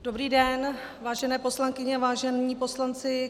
Dobrý den, vážené poslankyně, vážení poslanci.